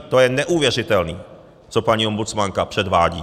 To je neuvěřitelný, co paní ombudsmanka předvádí!